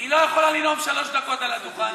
היא לא יכולה לנאום שלוש דקות על הדוכן,